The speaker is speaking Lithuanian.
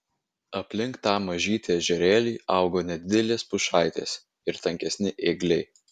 aplink tą mažytį ežerėlį augo nedidelės pušaitės ir tankesni ėgliai